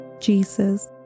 Jesus